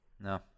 No